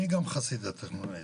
אני גם חסיד התכנון האזורי.